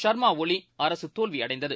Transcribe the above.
சர்மாஒலிஅரசுதோல்விஅடைந்தது